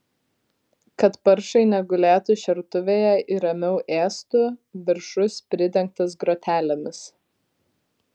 kad paršai negulėtų šertuvėje ir ramiau ėstų viršus pridengtas grotelėmis